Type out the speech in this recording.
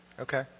Okay